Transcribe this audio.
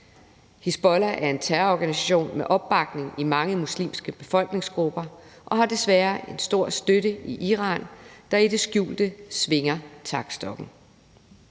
Hizbollah er en terrororganisation med opbakning i mange muslimske befolkningsgrupper og har desværre en stor støtte i Iran, der i det skjulte svinger taktstokken.